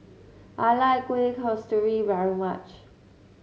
I like Kueh Kasturi very much